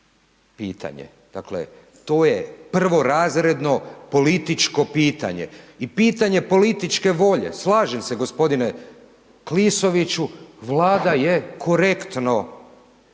pitanje, dakle, to je prvorazredno političko pitanje i pitanje političke volje, slažem se g. Klisoviću, Vlada je korektno